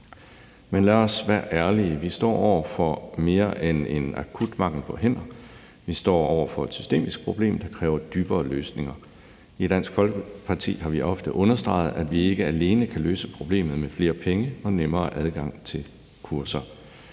Men lad os være ærlige: Vi står over for mere end en akut mangel på hænder; vi står over for et systemisk problem, der kræver dybere løsninger. I Dansk Folkeparti har vi ofte understreget, at man ikke alene kan løse problemet med flere penge og en nemmere adgang til kurser,